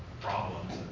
problems